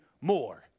more